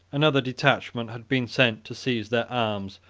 another detachment had been sent to seize their arms,